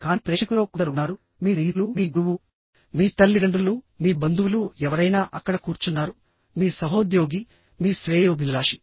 కానీ ప్రేక్షకులలో కొందరు ఉన్నారుమీ స్నేహితులు మీ గురువు మీ తల్లిదండ్రులు మీ బంధువులు ఎవరైనా అక్కడ కూర్చున్నారు మీ సహోద్యోగి మీ శ్రేయోభిలాషి